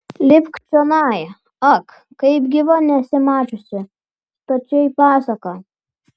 lipk čionai ak kaip gyva nesi mačiusi stačiai pasaka